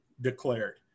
declared